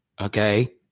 Okay